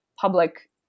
public